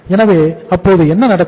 எனவே என்ன நடக்கும்